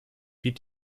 wie